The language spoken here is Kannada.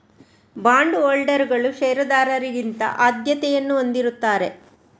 ಬಾಂಡ್ ಹೋಲ್ಡರುಗಳು ಷೇರುದಾರರಿಗಿಂತ ಆದ್ಯತೆಯನ್ನು ಹೊಂದಿರುತ್ತಾರೆ